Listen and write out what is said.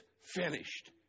finished